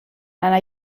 der